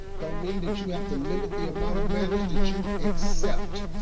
don't mean that you have to limit the amount of manners that you accept.